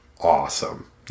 awesome